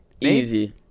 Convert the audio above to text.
Easy